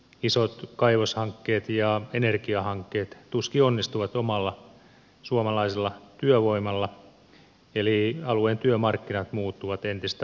isot kaivoshankkeet ja energiahankkeet tuskin onnistuvat omalla suomalaisella työvoimalla eli alueen työmarkkinat muuttuvat entistä rajattomammiksi